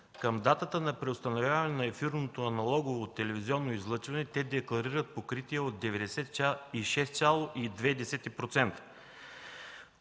Към датата на преустановяване на ефирното аналогово телевизионно излъчване те декларират покритие от 96,2%.